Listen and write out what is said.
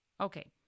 Okay